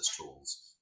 tools